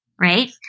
right